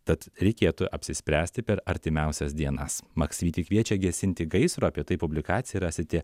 tad reikėtų apsispręsti per artimiausias dienas maksvytį kviečia gesinti gaisro apie tai publikaciją rasite